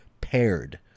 paired